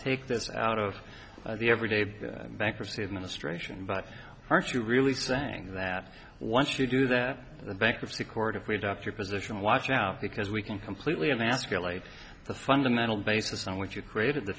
take this out of the everyday bankruptcy administration but aren't you really saying that once you do that the bankruptcy court if we adopt your position watch out because we can completely emasculate the fundamental basis on which you created the